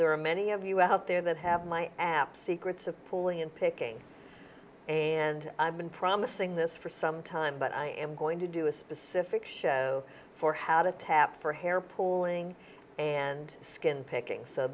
there are many of you out there that have my app secrets of pulling in picking and i've been promising this for some time but i am going to do a specific show for how to tap for hair pulling and skin picking so